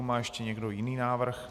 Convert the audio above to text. Má ještě někdo jiný návrh?